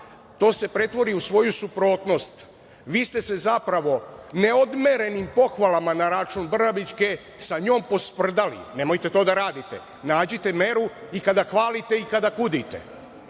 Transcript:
to se pretvori u svoju suprotnost. Vi ste se zapravo neodmerenim pohvalama na račun Brnabićke sa njom posprdali. Nemojte to da radite. Nađite meru i kada hvalite i kada kudite.